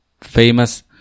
famous